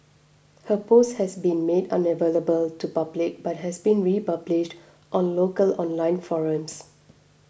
her post has since been made unavailable to public but has been republished on local online forums